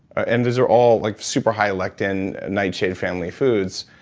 ah and those are all like super high lectin nightshade family foods,